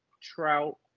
Trout